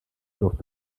dorf